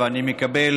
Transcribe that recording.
אני מקבל